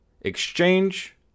exchange